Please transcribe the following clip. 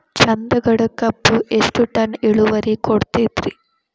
ಚಂದಗಡ ಕಬ್ಬು ಎಷ್ಟ ಟನ್ ಇಳುವರಿ ಕೊಡತೇತ್ರಿ?